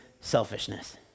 selfishness